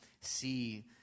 see